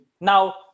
Now